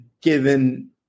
given